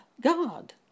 God